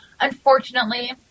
Unfortunately